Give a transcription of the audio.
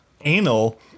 anal